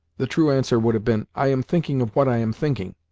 the true answer would have been, i am thinking of what i am thinking